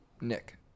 Nick